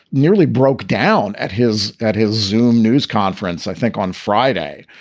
nearly broke down at his at his zoom news conference, i think, on friday,